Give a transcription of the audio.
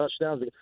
touchdowns